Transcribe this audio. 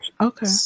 Okay